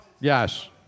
Yes